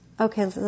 Okay